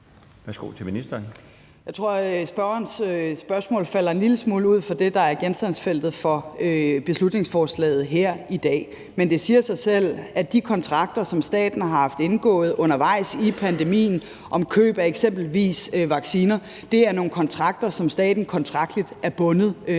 Jeg tror, at spørgerens spørgsmål falder en lille smule uden for det, der er genstandsfeltet for beslutningsforslaget her i dag. Men det siger sig selv, at de kontrakter, som staten har indgået undervejs i pandemien, om køb af eksempelvis vacciner er nogle kontrakter, som staten kontraktligt er bundet af.